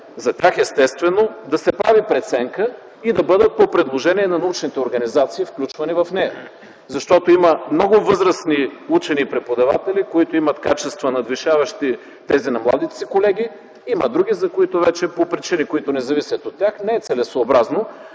за тях естествено да се прави преценка и да бъдат включвани в нея по предложение на научните организации. Защото има много възрастни учени и преподаватели, които имат качества, надвишаващи тези на младите си колеги, има други, за които вече по причини, които не зависят от тях, не е целесъобразно